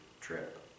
trip